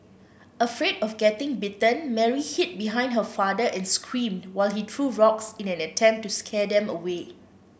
afraid of getting bitten Mary hid behind her father and screamed while he threw rocks in an attempt to scare them away